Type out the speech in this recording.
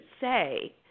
say